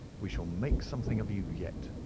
we shall make something of you yet.